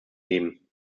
geben